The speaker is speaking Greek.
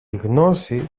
γνώση